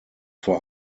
vor